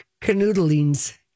canoodling's